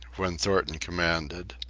when thornton commanded.